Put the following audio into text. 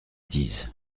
dise